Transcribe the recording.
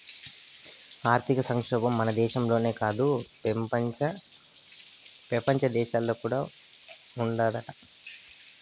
ఆర్థిక సంక్షోబం మన దేశంలోనే కాదు, పెపంచ దేశాల్లో కూడా ఉండాదట